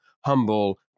humble